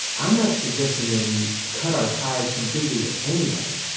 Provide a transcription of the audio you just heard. i'm not suggesting that we cut our ties completely with anybody.